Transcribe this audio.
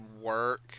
work